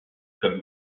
comme